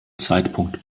zeitpunkt